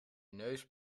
neus